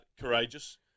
Courageous